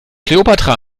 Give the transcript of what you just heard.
kleopatra